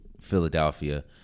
Philadelphia